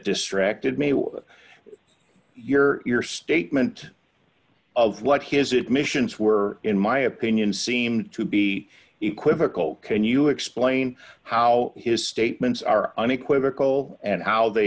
distracted me your statement of what his it missions were in my opinion seem to be equivocal can you explain how his statements are unequivocal and how they